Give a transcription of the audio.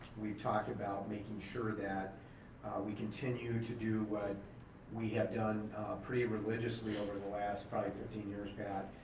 we've talked about making sure that we continue to do but we have done pretty religiously over the last, probably, fifteen years, pat,